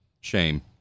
shame